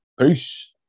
peace